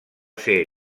ser